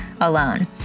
alone